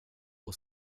och